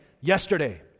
yesterday